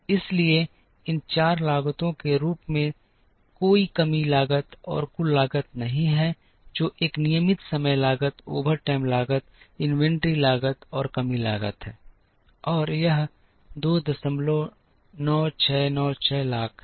इसलिए इन चार लागतों के योग के रूप में कोई कमी लागत और कुल लागत नहीं है जो एक नियमित समय लागत ओवरटाइम लागत इन्वेंट्री लागत और कमी लागत है और यह 29696 लाख है